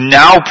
now